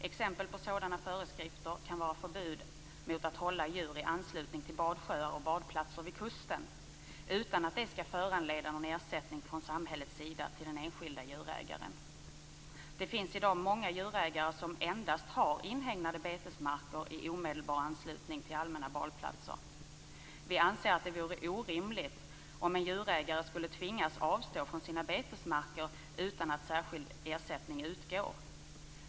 Exempel på sådana föreskrifter kan vara förbud mot att hålla djur i anslutning till badsjöar och badplatser vid kusten utan att det skall föranleda någon ersättning från samhällets sida till den enskilde djurägaren. Det finns i dag många djurägare som endast har inhägnade betesmarker i omedelbar anslutning till allmänna badplatser. Vi anser att det vore orimligt om en djurägare skulle tvingas avstå från sina betesmarker utan att särskild ersättning utgår.